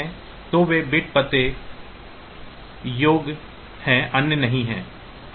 तो वे बिट पते योग्य हैं अन्य नहीं हैं